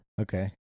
Okay